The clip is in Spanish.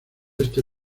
este